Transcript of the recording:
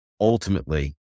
ultimately